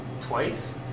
twice